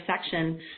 section